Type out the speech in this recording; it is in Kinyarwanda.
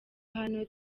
hano